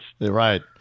Right